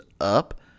up